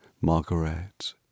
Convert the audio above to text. Margaret